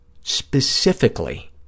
specifically